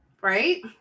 Right